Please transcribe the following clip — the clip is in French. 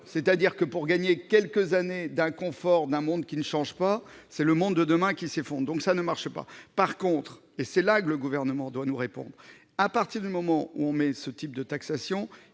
d'autres termes, pour gagner quelques années de confort d'un monde qui ne change pas, c'est le monde de demain qui s'écroule. Cela ne marche pas. En revanche, et c'est là que le Gouvernement doit nous répondre, à partir du moment où l'on met en place ce type de taxation,